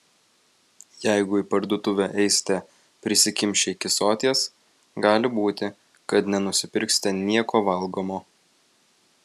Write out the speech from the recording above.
jeigu į parduotuvę eisite prisikimšę iki soties gali būti kad nenusipirksite nieko valgomo